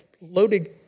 loaded